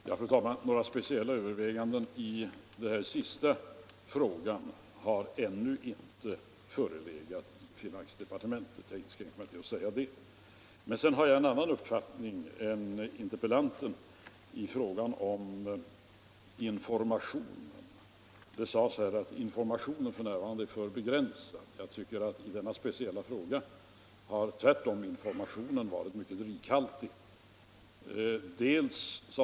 Fru talman! Några speciella överväganden i den sista frågan har ännu inte förekommit i finansdepartementet. Jag inskränker mig till att säga det. Vad beträffar informationen har jag emellertid en annan uppfattning än frågeställaren. Det sades att informationen f. n. är för begränsad. Jag tycker att i denna speciella fråga har tvärtom informationen varit mycket rikhaltig.